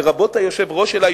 לרבות היושב-ראש שלה,